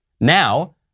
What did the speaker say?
Now